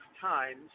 times